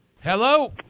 hello